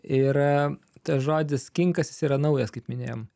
ir tas žodis kinkas jis yra naujas kaip minėjom